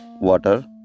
water